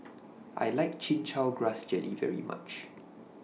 I like Chin Chow Grass Jelly very much